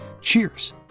Cheers